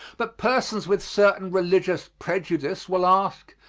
but persons with certain religious prejudice will ask,